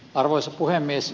arvoisa puhemies